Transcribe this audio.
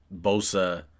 Bosa –